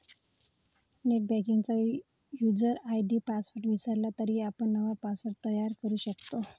नेटबँकिंगचा user ID password विसरला तरी आपण नवा पासवर्ड तयार करू शकतो